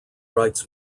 rights